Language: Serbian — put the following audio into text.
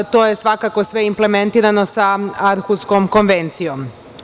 To je svakako sve implementirano sa Arkuskom konvencijom.